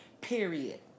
Period